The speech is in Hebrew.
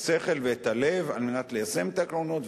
השכל ואת הלב על מנת ליישם את העקרונות,